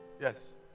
Yes